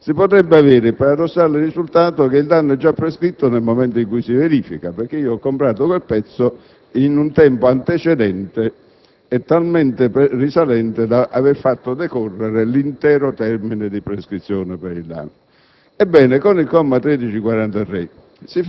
che è la condotta produttiva del danno, si potrebbe avere paradossalmente il risultato che il danno è già prescritto nel momento in cui si verifica, perché quel pezzo l'ho acquistato in un tempo antecedente e talmente risalente da aver fatto decorrere l'intero termine di prescrizione prima